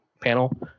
panel